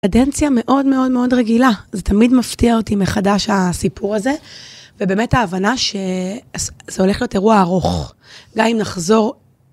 קדנציה מאוד מאוד מאוד רגילה, זה תמיד מפתיע אותי מחדש הסיפור הזה, ובאמת ההבנה שזה הולך להיות אירוע ארוך. גיא, אם נחזור...